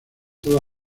toda